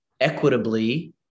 equitably